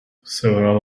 several